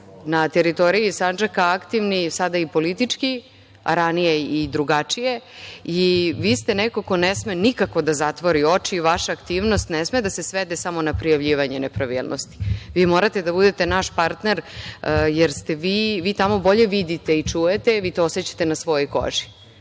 na teritoriji Sandžaka aktivni, sada i politički, a ranije i drugačije. Vi ste neko ko ne sme nikako da zatvori oči, vaša aktivnost ne sme da se svede samo na prijavljivanje nepravilnosti. Vi morate da budete naš partner, jer vi tamo bolje vidite i čujete i vi to osećate na svojoj koži. Čim